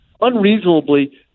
unreasonably